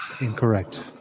incorrect